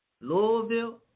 Louisville